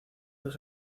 los